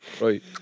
Right